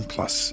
Plus